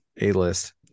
A-list